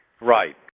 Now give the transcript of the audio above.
Right